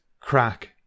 crack